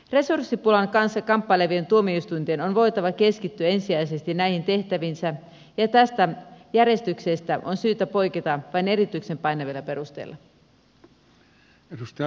resurssipulan kanssa kamppailevien tuomioistuinten on voitava keskittyä ensisijaisesti näihin tehtäviinsä ja tästä järjestyksestä on syytä poiketa vain erityisen painavilla perusteilla